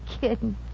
kidding